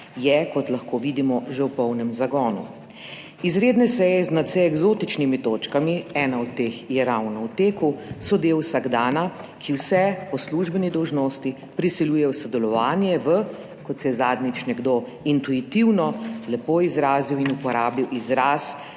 je, kot lahko vidimo, že v polnem zagonu. Izredne seje z nadvse eksotičnimi točkami ena od teh je ravno v teku, so del vsakdana, ki vse po službeni dolžnosti prisiljuje v sodelovanje v kot se je zadnjič nekdo intuitivno lepo izrazil in uporabil izraz